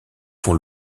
font